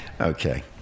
Okay